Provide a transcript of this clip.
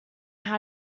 how